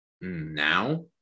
Now